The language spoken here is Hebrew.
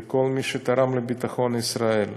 לכל מי שתרם לביטחון ישראל.